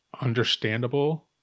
understandable